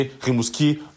Rimouski